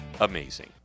amazing